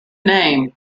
name